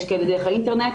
יש כאלה דרך האינטרנט,